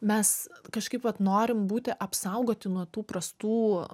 mes kažkaip vat norim būti apsaugoti nuo tų prastų